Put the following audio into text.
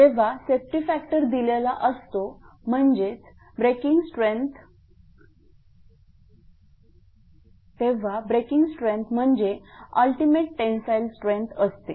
जेव्हा safety factor दिलेला असतो तेव्हा ब्रेकिंग स्ट्रेंथ म्हणजे अल्टिमेट टेनसाईल स्ट्रेंथ असते